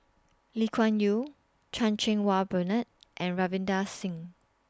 Lee Kuan Yew Chan Cheng Wah Bernard and Ravinder Singh